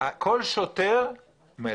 כל שוטר מלך.